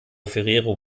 ferrero